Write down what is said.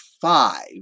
five